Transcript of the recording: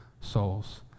souls